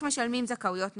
משלמים זכאויות נוספות.